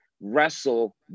wrestle